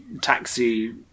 taxi